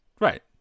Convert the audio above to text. Right